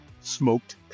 Smoked